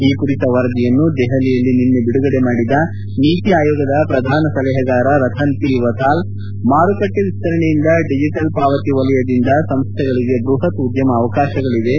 ಈ ಕುರಿತ ವರದಿಯನ್ನು ದೆಹಲಿಯಲ್ಲಿ ನಿನ್ನೆ ಬಿಡುಗಡೆ ಮಾಡಿದ ನೀತಿ ಆಯೋಗದ ಪ್ರಧಾನ ಸಲಹೆಗಾರ ರತನ್ ಪಿ ವತಾಲ್ ಮಾರುಕಟ್ಟೆ ವಿಸ್ತರಣೆಯಿಂದ ಡಿಜಿಟಲ್ ಪಾವತಿ ವಲಯದಿಂದ ಸಂಸ್ಥೆಗಳಿಗೆ ಬ್ಬಹತ್ ಉದ್ಲಮ ಅವಕಾಶಗಳಿವೆ